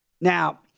Now